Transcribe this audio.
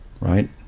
Right